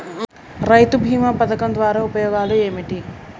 రైతు బీమా పథకం ద్వారా ఉపయోగాలు ఏమిటి?